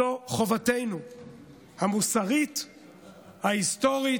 זאת חובתנו המוסרית, ההיסטורית,